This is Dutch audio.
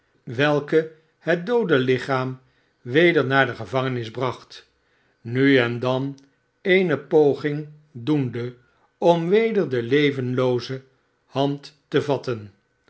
welke het doode lichaam weder naar de gevangenis bracht nu en dan eene poging doende om weder de levenlooze hand te vatten